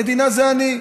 המדינה זה אני.